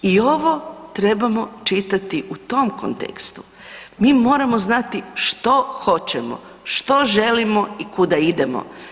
I ovo trebamo čitati u tom kontekstu, mi moramo znati što hoćemo, što želimo i kuda idemo.